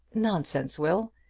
nonsense, will.